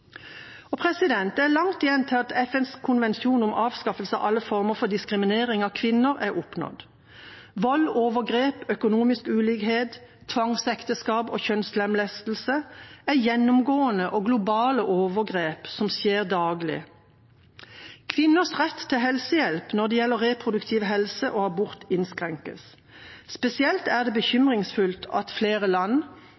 Det er langt igjen til at målene i FNs konvensjon om avskaffelse av alle former for diskriminering av kvinner er nådd. Vold og overgrep, økonomisk ulikhet, tvangsekteskap og kjønnslemlestelse er gjennomgående og globale overgrep som skjer daglig. Kvinners rett til helsehjelp når det gjelder reproduktiv helse og abort, innskrenkes. Spesielt er det